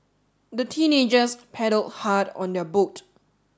the teenagers paddled hard on their boat